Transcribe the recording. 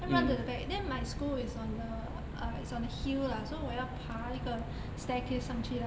run to the back then my school is on the uh it's on the hill lah so 我要爬一个 staircase 上去啦